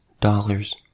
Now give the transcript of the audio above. dollars